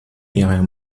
ihrer